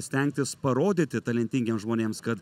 stengtis parodyti talentingiems žmonėms kad